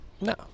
no